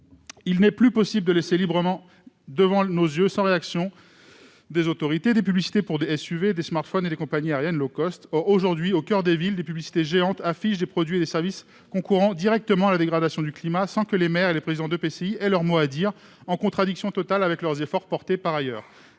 Il n'est plus possible de laisser librement devant nos yeux, sans réaction des autorités, des publicités pour des SUV, des smartphones ou des compagnies aériennes. Aujourd'hui, au coeur des villes, des publicités géantes affichent des produits et des services concourant directement à la dégradation du climat, sans que les maires et les présidents d'EPCI aient leur mot à dire, en contradiction totale avec leurs efforts menés par ailleurs.